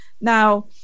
Now